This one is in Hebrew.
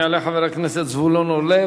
יעלה חבר הכנסת זבולון אורלב,